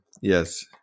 Yes